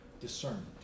discernment